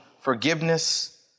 forgiveness